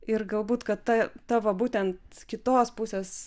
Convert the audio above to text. ir galbūt kad ta tavo būtent kitos pusės